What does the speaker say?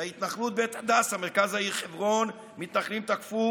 בהתנחלות בית הדסה, מרכז העיר חברון, מתנחלים תקפו